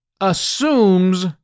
assumes